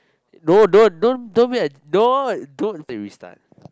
no don't don't don't be don't don't okay restart